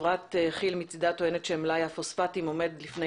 חברת כי"ל מצידה טוענת שמלאי הפוספטים עומד לפני